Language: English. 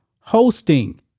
hosting